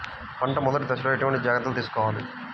పంట మెదటి దశలో ఎటువంటి జాగ్రత్తలు తీసుకోవాలి?